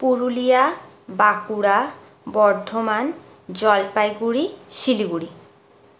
Purulia Bankura Bardhaman Jalpaiguri Siliguri